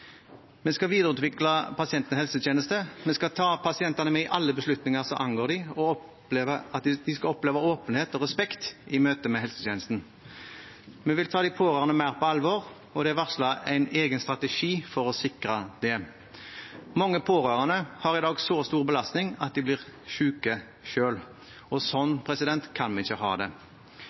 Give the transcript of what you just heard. Vi skal videreutvikle pasientens helsetjeneste, vi skal ta pasientene med i alle beslutningene som angår dem. De skal oppleve åpenhet og respekt i møte med helsetjenesten. Vi vil ta de pårørende mer på alvor, og det er varslet en egen strategi for å sikre det. Mange pårørende har i dag en så stor belastning at de blir syke selv. Sånn kan vi ikke ha det.